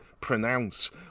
pronounce